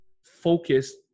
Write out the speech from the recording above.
focus